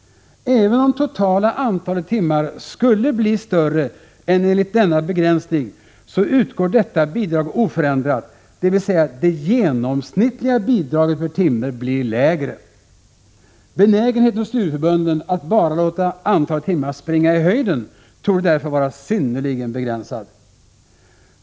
Även om det totala antalet timmar skulle bli större än enligt denna begränsning, så utgår detta bidrag oförändrat, dvs. det genomsnittliga bidraget per timme blir lägre. Benägenheten hos studieförbunden att bara låta antalet timmar springa i höjden torde därför vara synnerligen begränsad.